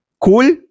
Cool